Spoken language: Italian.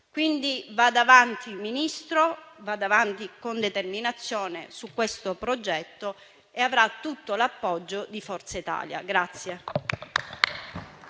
Quindi vada avanti, Ministro. Vada avanti con determinazione su questo progetto e avrà tutto l'appoggio di Forza Italia.